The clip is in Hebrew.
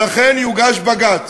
ולכן יוגש בג"ץ.